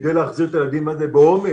כדי להחזיר את הילדים באומץ,